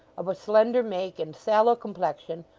of a slender make, and sallow complexion,